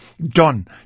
done